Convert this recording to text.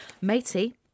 Matey